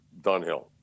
Dunhill